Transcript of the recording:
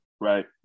Right